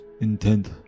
intent